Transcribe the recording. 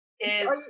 is-